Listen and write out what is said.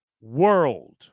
world